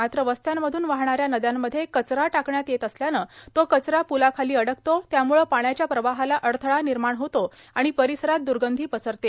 मात्र वस्त्यांमधून वाहणा या नदयांमध्ये कचरा टाकण्यात येत असल्यानं तो कचरा पूलाखाली अडकतो त्यामुळं पाण्याच्या प्रवाहाला अडथळा निर्माण होतो आणि परिसरात दूर्गंधी पसरते